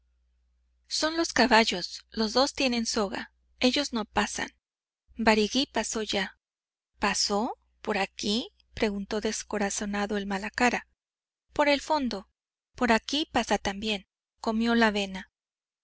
son los caballos los dos tienen soga ellos no pasan barigüí pasó ya pasó por aquí preguntó descorazonado el malacara por el fondo por aquí pasa también comió la avena